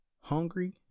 hungry